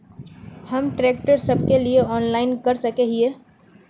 हम ट्रैक्टर सब के लिए ऑनलाइन कर सके हिये?